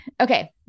Okay